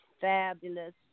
fabulous